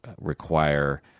require